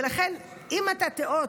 ולכן, אם אתה תיאות,